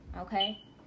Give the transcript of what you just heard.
okay